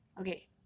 okay